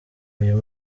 uyu